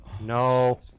No